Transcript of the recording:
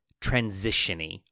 transition-y